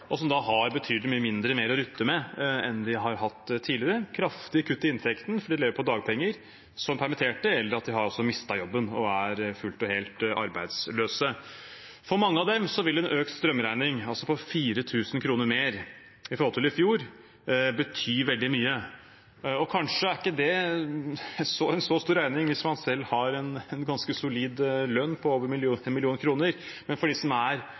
og som da har betydelig mye mindre å rutte med enn de har hatt tidligere – kraftige kutt i inntekten fordi de lever på dagpenger som permitterte, eller at de har mistet jobben og er fullt og helt arbeidsløse. For mange av dem vil en økt strømregning på 4 000 kr mer i forhold til i fjor bety veldig mye. Kanskje er ikke det en så stor regning hvis man selv har en ganske solid lønn på over én million kroner, men for dem som